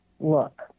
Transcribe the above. look